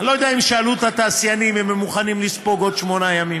אני לא יודע אם שאלו את התעשיינים אם הם מוכנים לספוג עוד שמונה ימים